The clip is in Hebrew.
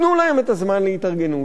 תנו להם את הזמן להתארגנות.